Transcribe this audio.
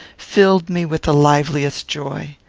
filled me with the liveliest joy.